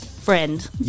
friend